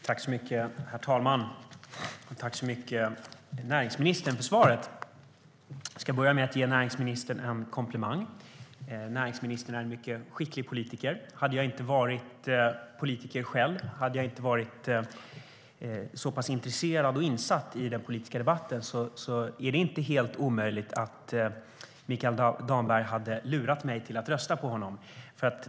Herr talman! Jag tackar näringsministern så mycket för svaret. Jag ska börja med att ge näringsministern en komplimang: Han är en mycket skicklig politiker. Hade jag inte varit politiker själv och inte varit så pass intresserad och insatt i den politiska debatten är det inte helt omöjligt att Mikael Damberg hade lurat mig till att rösta på honom.